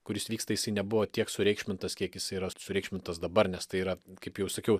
kuris vyksta jisai nebuvo tiek sureikšmintas kiek jisai yra sureikšmintas dabar nes tai yra kaip jau sakiau